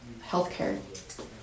healthcare